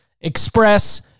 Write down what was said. express